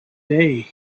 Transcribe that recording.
day